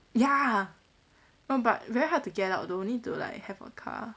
ya no but very hard to get out though need to like have a car